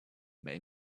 may